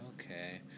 okay